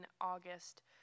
August